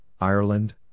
Ireland